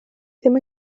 ddim